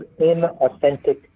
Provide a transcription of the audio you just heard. Inauthentic